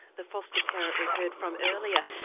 the foster parent we heard from earlier,